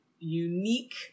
unique